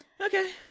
Okay